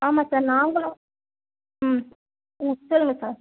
ஆமாம் சார் நாங்களும் ம் ம் சொல்லுங்க சார்